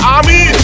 Army